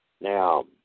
Now